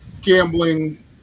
gambling